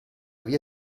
via